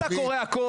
אתה קורא הכול.